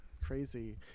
crazy